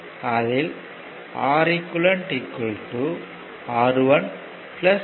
அதில் Req R1 R2 ஆகும்